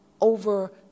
over